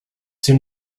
soon